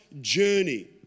journey